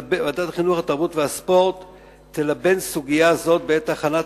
התרבות והספורט תלבן סוגיה זו בעת הכנת